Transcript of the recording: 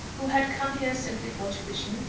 who had come here simply for tuition,